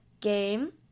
game